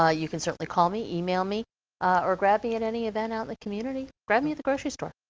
ah you can certainly call me, email me or grab me in any event out the community, grab me at the grocery store.